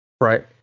Right